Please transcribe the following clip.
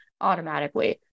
automatically